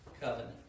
covenant